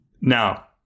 Now